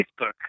Facebook